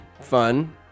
fun